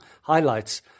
highlights